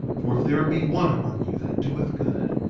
for if there be one among you that doeth good,